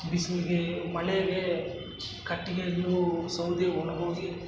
ಬಿಸಿಲಿಗೆ ಮಳೆಗೆ ಕಟ್ಟಿಗೆಗಳು ಸೌದೆ ಒಣಗೋಗಿ